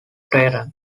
tehran